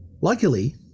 luckily